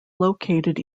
located